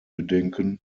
bedenken